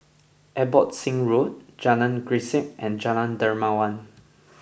Abbotsingh Road Jalan Grisek and Jalan Dermawan